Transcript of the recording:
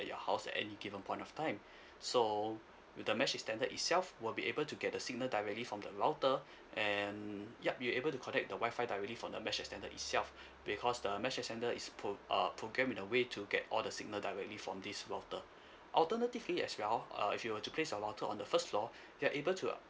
at your house at any given point of time so with the mesh extender itself will be able to get the signal directly from the router and yup you're able to connect the wi-fi directly from the mesh extender itself because the mesh extender is pro~ uh programmed in a way to get all the signal directly from this router alternatively as well uh if you were to place your router on the first floor you're able to